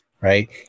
right